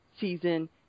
season